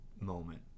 moment